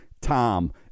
Tom